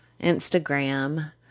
Instagram